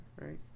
right